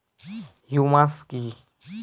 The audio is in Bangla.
হিউমাস কি?